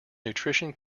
nutrition